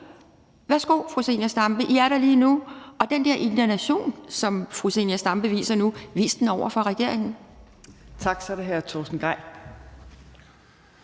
værsgo, fru Zenia Stampe. I er der lige nu. Og den der indignation, som fru Zenia Stampe viser nu, kan hun vise over for regeringen. Kl. 12:07 Tredje næstformand